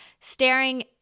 staring